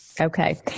Okay